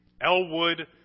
Elwood